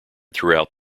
throughout